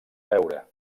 veure